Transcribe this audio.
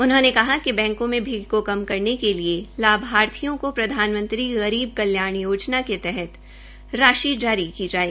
उन्होंने कहा कि बैंको में भीड़ को कम करने के लिए लाभार्थियों को प्रधानमंत्री गरीब कल्याण योजना के तहत राशि जारी की जाये